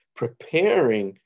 preparing